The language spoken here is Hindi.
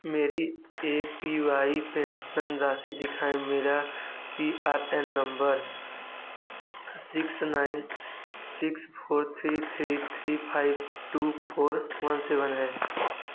मेरी ए पी वाई पेंशन राशि दिखाएँ मेरा P R N number six nine six four three three three five two four one seven है